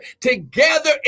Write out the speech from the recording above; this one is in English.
together